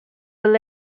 will